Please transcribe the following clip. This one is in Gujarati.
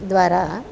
દ્વારા